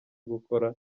gukora